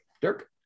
dirk